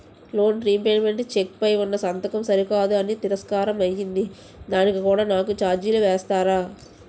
Loan repayment cheque పై ఉన్నా సంతకం సరికాదు అని తిరస్కారం అయ్యింది దానికి కూడా నాకు ఛార్జీలు వేస్తారా?